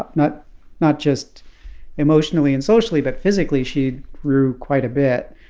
ah not not just emotionally and socially. but physically, she grew quite a bit.